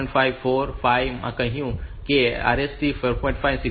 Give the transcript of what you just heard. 5 4 અને 5 માટે કહ્યું એ રીતે તેઓ RST 5